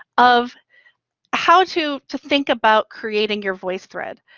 of how to to think about creating your voicethread.